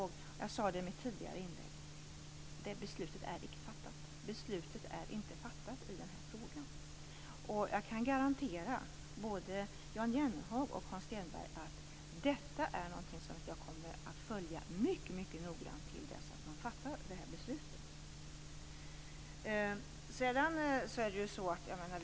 Som jag sade i mitt tidigare inlägg är beslutet i frågan icke fattat. Jag kan garantera både Jan Jennehag och Hans Stenberg att detta är någonting som jag kommer att följa mycket noggrant till dess att man fattar beslutet.